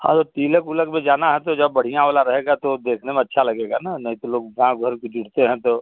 हाँ तो तिलक उलक में जाना है तो जा बढ़ियाँ वाला रहेगा तो देखने में अच्छा लगेगा ना नहीं तो लोग गाँव घर के जुटते हैं तो